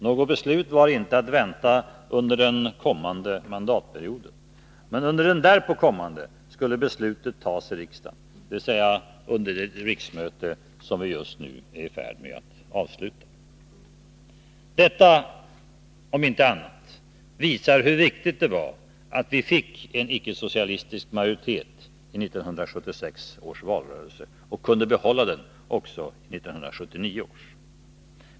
Något beslut var inte att vänta under den kommande mandatperioden, men under den därpå kommande skulle beslutet tas i riksdagen, dvs. under det riksmöte som vi just nu är i färd med att avsluta. Detta, om inte annat, visar hur viktigt det var att vi fick en icke-socialistisk majoritet i 1976 års val och kunde behålla den också i 1979 års.